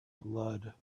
blood